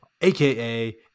AKA